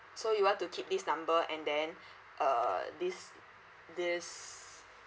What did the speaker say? so you want to keep this number and then uh this this